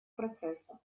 процесса